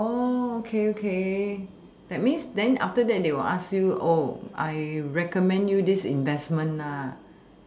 oh okay okay that means then after that they will ask you I recommend you this investment ah